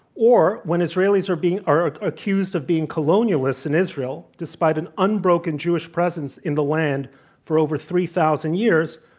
or when israelis are being accused ah accused of being colonialists in israel, despite an unbroken jewish presence in the land for over three thousand years,